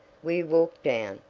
we walked down,